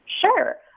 Sure